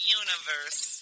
universe